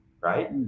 right